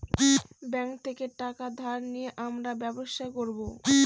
bank থেকে টাকা ধার নিয়ে আবার ব্যবসা করবো